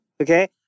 Okay